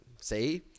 See